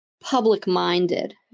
public-minded